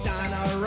Donna